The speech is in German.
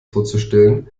vorzustellen